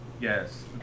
Yes